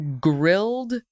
grilled